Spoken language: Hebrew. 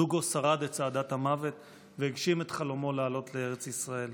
דוגו שרד את צעדת המוות והגשים את חלומו לעלות לארץ ישראל.